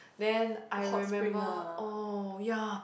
then I remember oh ya